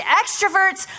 extroverts